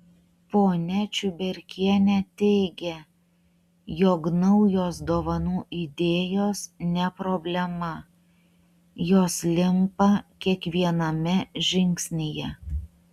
ponia čiuberkienė teigia jog naujos dovanų idėjos ne problema jos limpa kiekviename žingsnyje